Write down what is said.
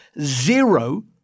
zero